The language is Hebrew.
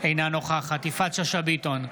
אינה נוכחת יפעת שאשא ביטון,